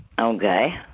Okay